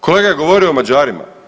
Kolega je govorio o Mađarima.